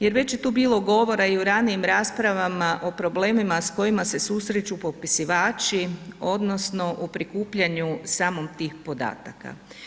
Jer već je tu bilo govora i u ranijim raspravama o problemima s kojima se susreću popisivači odnosno u prikupljanju samom tih podataka.